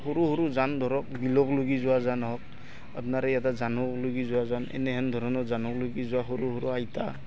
সৰু সৰু যান ধৰক বিলক লগি যোৱা যান হওক আপোনাৰ ই এটা জানক লি যোৱা যান এনেহেন ধৰণৰ জানক লি যোৱা সৰু সৰু